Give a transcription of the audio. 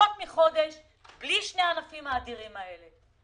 פחות מחודש בלי שני הענפים האדירים האלה.